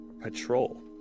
patrol